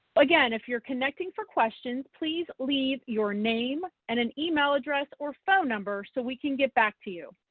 again, if you're connecting for questions, please leave your name and an email address or phone number so we can get back to you.